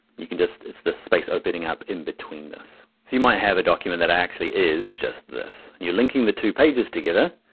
you can just it's the space opening up in between this. so you might have a document that actually is just this, you're linking the two pages together.